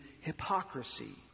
hypocrisy